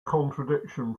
contradiction